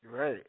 Right